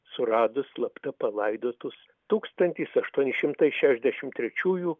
suradus slapta palaidotus tūkstantis aštuoni šimtai šešiasdešimt trečiųjų